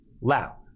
loud